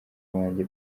wanjye